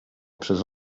przez